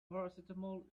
paracetamol